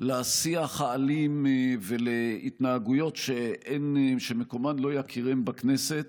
לשיח האלים ולהתנהגויות שמקומן לא יכירן בכנסת